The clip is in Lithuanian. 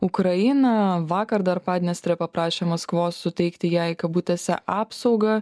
ukrainą vakar dar padnestrė paprašė maskvos suteikti jai kabutėse apsaugą